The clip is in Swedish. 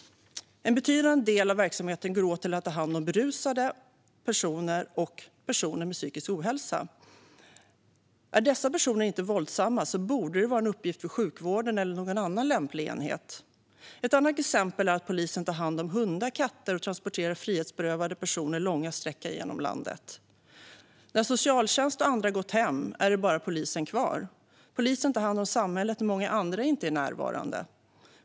En betydande del av verksamheten går åt till att ta hand om berusade och personer med psykisk ohälsa. Är dessa personer inte våldsamma borde detta vara en uppgift för sjukvården eller någon annan lämplig enhet. Andra exempel är att polisen tar hand om hundar och katter och transporterar frihetsberövade personer långa sträckor genom landet. När socialtjänst och andra gått hem är det bara polisen kvar. Polisen tar hand om samhället när många andra inte är närvarande.